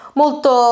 molto